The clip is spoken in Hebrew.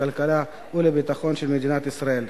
לכלכלה ולביטחון של מדינת ישראל.